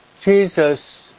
Jesus